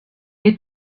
est